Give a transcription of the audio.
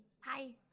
hi